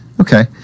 okay